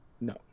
No